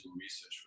research